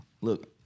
Look